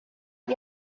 not